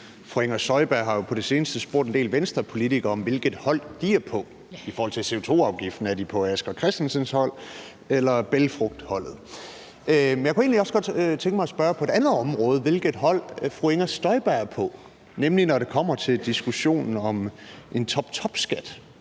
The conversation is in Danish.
på det seneste spurgt en del Venstrepolitikere om, hvilket hold de er på i forhold til CO2-afgiften: Er de på Asger Christensens hold eller bælgfrugtholdet? Men jeg kunne egentlig også godt tænke mig at spørge på et andet område, hvilket hold fru Inger Støjberg er på, nemlig når det kommer til diskussionen om en toptopskat.